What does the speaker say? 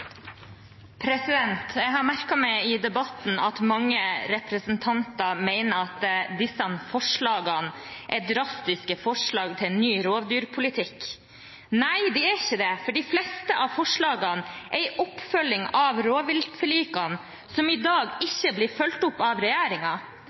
drastiske forslag til en ny rovdyrpolitikk. Nei, de er ikke det, for de fleste av forslagene er en oppfølging av rovviltforlikene, som i dag